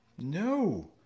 No